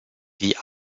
die